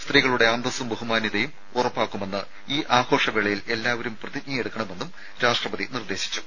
സ്ത്രീകളുടെ അന്തസ്സും ബഹുമാനവും ഉറപ്പാക്കുമെന്ന് ഈ ആഘോഷ വേളയിൽ എല്ലാവരും പ്രതിജ്ഞയെടുക്കണമെന്നും രാഷ്ട്രപതി നിർദ്ദേശിച്ചു